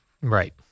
Right